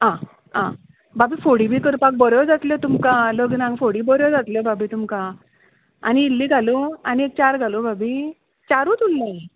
आं आं भाभी फोडी बी करपाक बऱ्यो जातल्यो तुमकां फडी बऱ्यो जातल्यो भाभी तुमकां आनी इल्ली घालूं आनी चार घालूं भाभी चारूच उरलीं